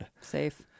Safe